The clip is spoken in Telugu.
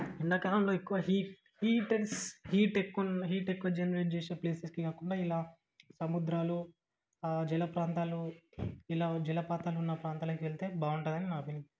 ఎండాకాలంలో ఎక్కువ హీట్ హీటెన్స్ హీట్ ఎక్కువ ఉన్న హీట్ ఎక్కువ జనరేట్ చేసే ప్లేసెస్కి కాకుండా ఇలా సముద్రాలు జల ప్రాంతాలు ఇలా జలపాతాలు ఉన్న ప్రాంతాలకి వెళ్తే బాగుంటుందని నా ఫీలింగ్